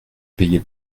payez